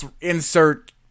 insert